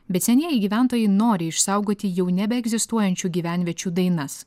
bet senieji gyventojai nori išsaugoti jau nebeegzistuojančių gyvenviečių dainas